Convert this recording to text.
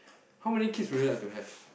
how many kids will you like to have